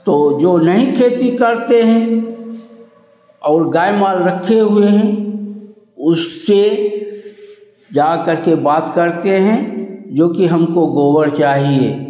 तो जो नहीं खेती करते हैं और गाय माल रखे हुए हैं उससे जा करके बात करते हैं जोकि हमको गोबर चाहिए